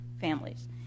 families